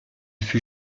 fut